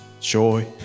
joy